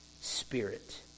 Spirit